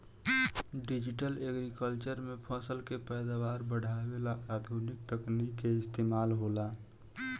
digital agriculture में फसल के पैदावार बढ़ावे ला आधुनिक तकनीक के इस्तमाल होला